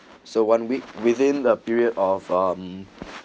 so one week within the period of um